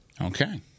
Okay